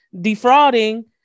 defrauding